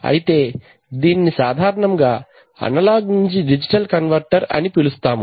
అయితే దీని సాధారణముగా అనలాగ్ నుంచి డిజిటల్ కన్వర్టర్ అని పిలుస్తాము